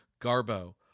Garbo